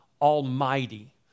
Almighty